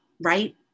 right